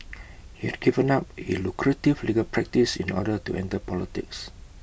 he had given up A lucrative legal practice in order to enter politics